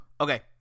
okay